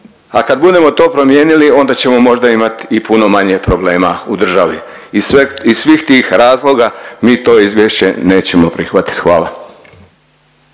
a kad budemo to promijenili onda ćemo možda imat i puno manje problema u državi. Iz sveg, iz svih tih razloga mi to izvješće nećemo prihvatiti. Hvala.